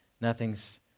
nothing's